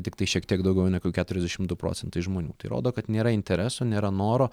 tiktai šiek tiek daugiau negu keturiasdešim du procentai žmonių tai rodo kad nėra intereso nėra noro